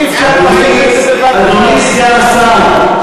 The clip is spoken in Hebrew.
אדוני סגן השר,